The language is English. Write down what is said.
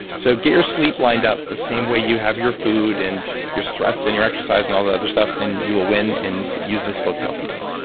so get your sleep lined up the same way you have your food and your stress, and your exercise, and all that other stuff, and you will win. and use this book to help you do it